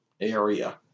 area